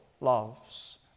loves